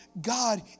God